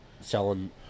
selling